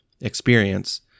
experience